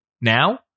now